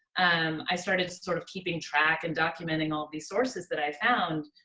um i started sort of keeping track and documenting all of these sources that i found.